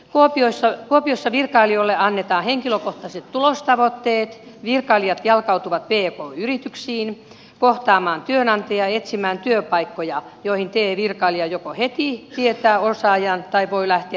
kuopiossa virkailijoille annetaan henkilökohtaiset tulostavoitteet virkailijat jalkautuvat pk yrityksiin kohtaamaan työnantajia ja etsimään työpaikkoja joihin te virkailija joko tietää heti osaajan tai voi lähteä etsimään tätä